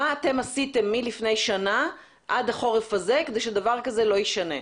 מה אתם עשיתם מלפני שנה עד החורף הזה כדי שדבר כזה לא יישנה.